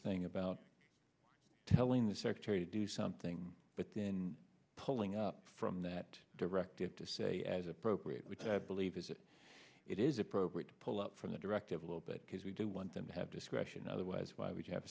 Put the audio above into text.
thing about telling the secretary to do something but then pulling up from that directive to say as appropriate we believe is it it is appropriate to pull out from the directive a little bit because we do want them to have discretion otherwise why would